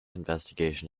investigation